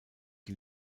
die